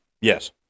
yes